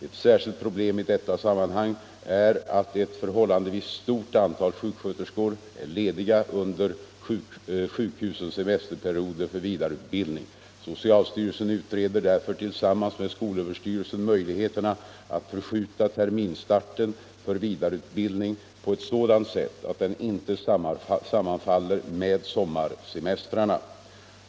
Ett särskilt problem i detta sammanhang är att ett förhållandevis stort antal sjuksköterskor är lediga under sjukhusens semesterperioder för vidareutbildning. So cialstyrelsen utreder därför tillsammans med skolöverstyrelsen möjlig heterna att förskjuta terminsstarten för vidareutbildningen på ett sådant sätt att den inte sammanfaller med sommarsemestrarna.